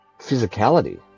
physicality